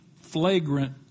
flagrant